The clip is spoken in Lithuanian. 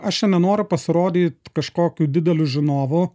aš čia nenoriu pasirodyt kažkokiu dideliu žinovu